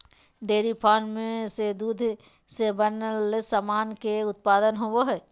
dairy farm से दूध से बनल सामान के उत्पादन होवो हय